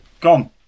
Gone